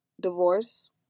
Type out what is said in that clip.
divorce